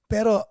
Pero